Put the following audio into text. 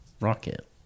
rocket